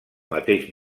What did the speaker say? mateix